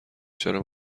چرا